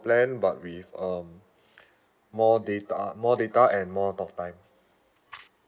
plan but with um more data more data and more talk time